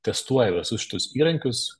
testuoja visus šitus įrankius